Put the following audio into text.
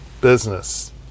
business